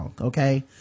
okay